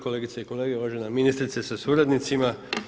Kolegice i kolege, uvažena ministrice sa suradnicima.